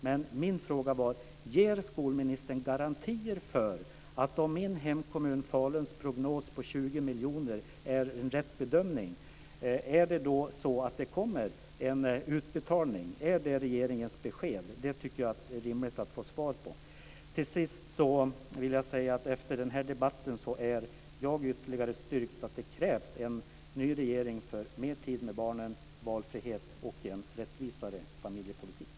Men min fråga var: Ger skolministern garantier för att det kommer en utbetalning om min hemkommun Faluns prognos på 20 miljoner är en riktig bedömning? Är det regeringens besked? Det tycker jag vore rimligt att få svar på. Till sist vill jag säga att efter den här debatten är jag ytterligare styrkt i min uppfattning att det krävs en ny regering för mer tid med barnen, valfrihet och en rättvisare familjepolitik.